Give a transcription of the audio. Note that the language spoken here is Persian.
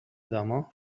آدمها